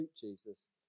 Jesus